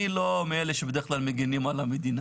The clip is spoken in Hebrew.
אני לא מאלה שבדרך כלל מגנים על המדינה